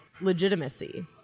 legitimacy